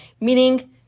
meaning